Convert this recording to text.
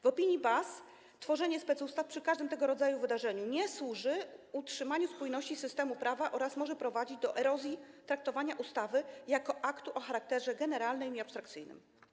W opinii BAS tworzenie specustaw przy każdym tego rodzaju wydarzeniu nie służy utrzymywaniu spójności systemu prawa oraz może prowadzić do erozji traktowania ustawy jako aktu o charakterze generalnym i abstrakcyjnym.